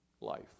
life